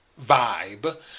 vibe